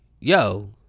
yo